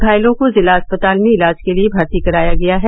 घायलों को जिला अस्पताल में इलाज के लिए भर्ती कराया गया है